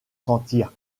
sentir